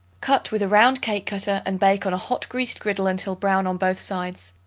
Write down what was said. cut with a round cake-cutter and bake on a hot greased griddle until brown on both sides.